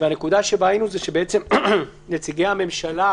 והנקודה שבה היינו היא שבעצם נציגי הממשלה